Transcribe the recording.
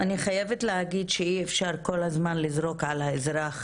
אני חייבת להגיד שאי אפשר כל הזמן לזרוק על האזרח